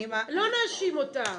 לא נאשים אותך.